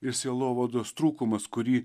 ir sielovados trūkumas kurį